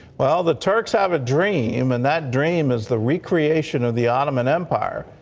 well the turks have a dream, and that dream is the recreation of the ottoman empire.